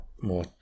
more